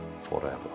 forever